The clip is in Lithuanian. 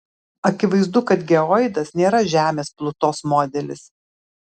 akivaizdu kad geoidas nėra žemės plutos modelis